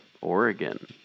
Oregon